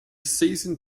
season